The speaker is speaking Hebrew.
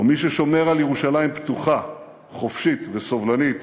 ומי ששומר על ירושלים פתוחה, חופשית וסובלנית,